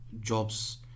jobs